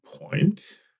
point